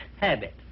habit